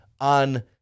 on